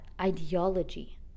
ideology